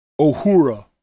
Ohura